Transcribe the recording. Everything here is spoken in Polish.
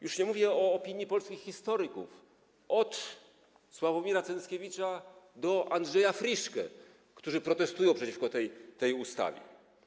Już nie mówię o opinii polskich historyków - od Sławomira Cenckiewicza do Andrzeja Friszkego - którzy protestują przeciwko tej ustawie.